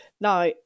now